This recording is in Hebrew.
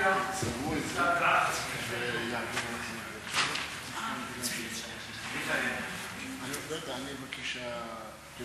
להעביר את הנושא לוועדת החינוך, התרבות והספורט